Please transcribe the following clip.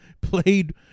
played